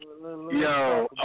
Yo